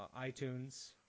iTunes